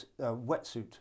wetsuit